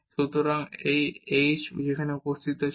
সুতরাং যে h সেখানে উপস্থিত ছিল